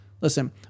Listen